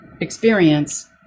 experience